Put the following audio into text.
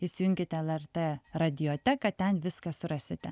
įsijunkit lrt radioteką ten viską surasite